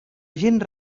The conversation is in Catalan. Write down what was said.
gent